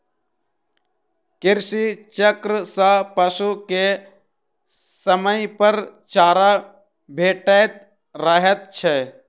कृषि चक्र सॅ पशु के समयपर चारा भेटैत रहैत छै